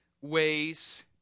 ways